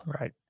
right